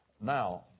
Now